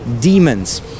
Demons